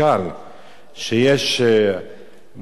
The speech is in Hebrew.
שיש בתשובתך,